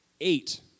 eight